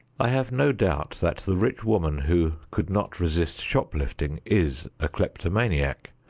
i have no doubt that the rich woman who could not resist shop-lifting is a kleptomaniac.